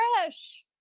fresh